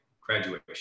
graduation